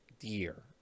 year